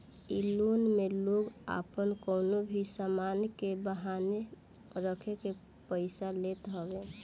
इ लोन में लोग आपन कवनो भी सामान के बान्हे रखके पईसा लेत हवे